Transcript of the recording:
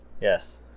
Yes